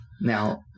Now